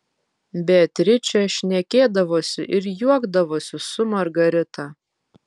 beatričė šnekėdavosi ir juokdavosi su margarita